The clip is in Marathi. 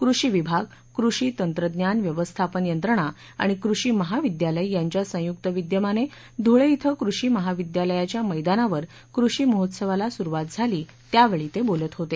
कृषी विभाग कृषी तंत्रज्ञान व्यवस्थापन यंत्रणा आणि कृषी महाविद्यालय यांच्या संयुक्त विद्यमाने धुळे श्वे कृषी महाविद्यालयाच्या मैदानावर कृषी महोत्सवाला काल सुरुवात झाली यावेळी ते बोलत होते